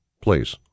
please